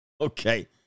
Okay